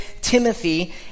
Timothy